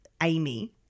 Amy